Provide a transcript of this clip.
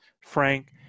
Frank